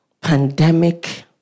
Pandemic